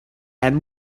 and